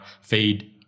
Feed